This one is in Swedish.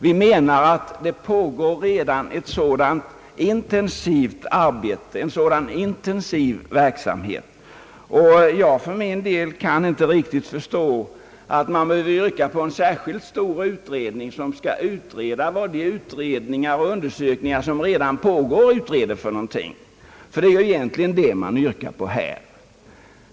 Vi menar att det redan pågår en intensiv verksamhet på detta utredningsområde. Jag för min del kan inte riktigt förstå att man behöver yrka på en särskild utredning för att utreda vad de utredningar och undersökningar som redan pågår håller på att utreda — det är egentligen det man yrkar.